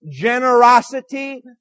generosity